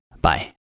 Bye